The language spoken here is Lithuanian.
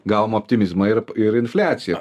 gavom optimizmo ir ir infliaciją